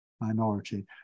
minority